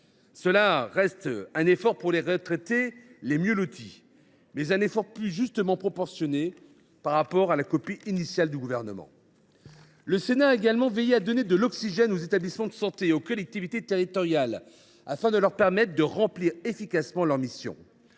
certes un effort pour les retraités les mieux lotis, mais il est plus justement proportionné par rapport à la copie initiale du Gouvernement. Le Sénat a également veillé à donner de l’oxygène aux établissements de santé et aux collectivités territoriales, afin de leur permettre de remplir efficacement leurs missions.